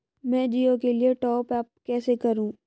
मैं जिओ के लिए टॉप अप कैसे करूँ?